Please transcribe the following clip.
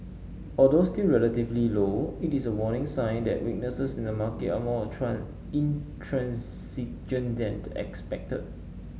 although still relatively low it is a warning sign that weaknesses in the market are more intransigent than expected